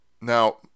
Now